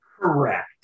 Correct